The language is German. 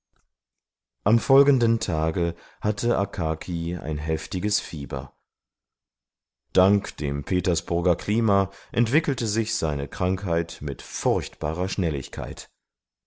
am folgenden tage hatte akaki ein heftiges fieber dank dem petersburger klima entwickelte sich seine krankheit mit furchtbarer schnelligkeit